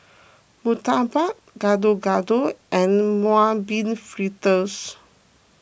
Murtabak Gado Gado and Mung Bean Fritters